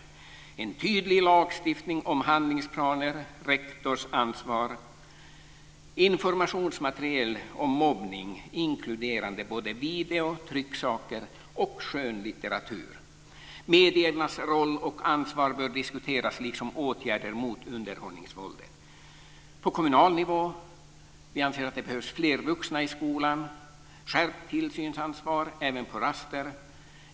Det måste också finnas en tydlig lagstiftning om handlingsplaner och rektors ansvar. Informationsmaterial om mobbning inkluderande video, trycksaker och skönlitteratur behövs. Mediernas roll och ansvar bör diskuteras, liksom åtgärder mot underhållningsvåldet. På kommunal nivå anser vi att det behövs fler vuxna i skolan. Det måste bli ett skärpt tillsynsansvar - även på raster.